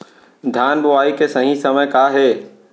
धान बोआई के सही समय का हे?